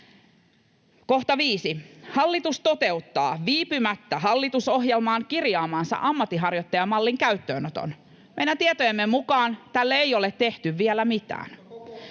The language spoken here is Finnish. voi hyväksyä. 5) Hallitus toteuttaa viipymättä hallitusohjelmaan kirjaamansa ammatinharjoittajamallin käyttöönoton. Meidän tietojemme mukaan tälle ei ole tehty vielä mitään.